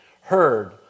heard